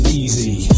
easy